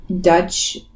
dutch